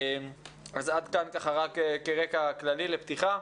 עד כאן רק כרקע כללי לפתיחה.